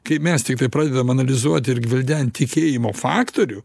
kaip mes tiktai pradedam analizuot ir gvildent tikėjimo faktorių